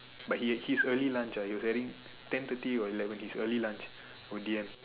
but he his early lunch lah it was only ten thirty or eleven his early lunch our D_M